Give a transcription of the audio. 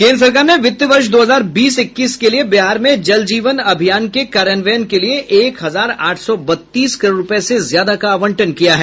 केन्द्र सरकार ने वित्त वर्ष दो हजार बीस इक्कीस के लिए बिहार में जल जीवन अभियान के कार्यान्वयन के लिए एक हजार आठ सौ बत्तीस करोड़ रुपए से ज्यादा का आवंटन किया है